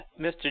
Mr